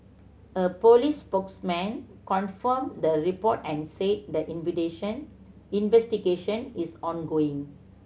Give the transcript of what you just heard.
a police spokesman confirmed the report and said the investigation is ongoing